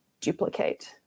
duplicate